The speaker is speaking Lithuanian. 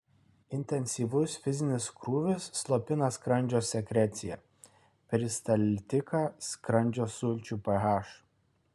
intensyvus fizinis krūvis slopina skrandžio sekreciją peristaltiką skrandžio sulčių ph